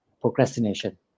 procrastination